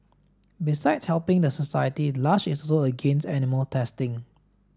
besides helping the society Lush is also against animal testing